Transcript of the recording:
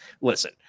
listen